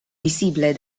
visible